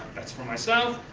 that's for myself.